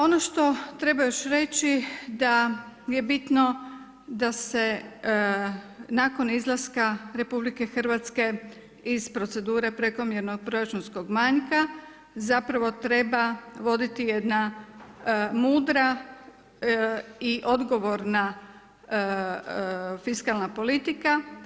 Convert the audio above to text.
Ono što treba još reći da je bitno, da se nakon izlaska RH iz procedure prekomjernog proračunskog manjka zapravo treba voditi jedna mudra i odgovorna fiskalan politika.